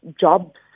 jobs